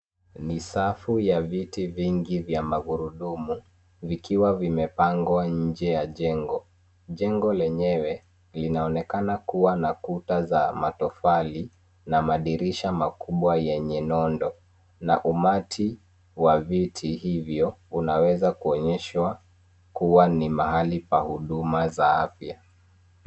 Ni safu ya viti vingi vya magurudumu vikiwa vimepangwa nje ya jengo. Jengo lenyewe linaonekana kuwa na kuta za matofali na madirisha makubwa yenye nondo na umati wa viti hivyo unaweza kuonyeshwa kuwa ni mahali pa huduma za afya.